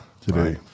Today